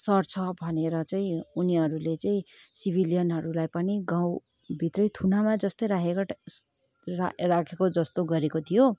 सर्छ भनेर चाहिँ उनीहरूले चाहिँ सिभिलियनहरूलाई पनि गाउँ भित्रै थुनामा जस्तै राखेर राखेको जस्तो गरेको थियो